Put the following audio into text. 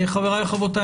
חבריי וחברותיי,